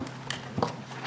בשעה